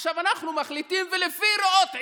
עכשיו אנחנו מחליטים לפי ראות עינינו.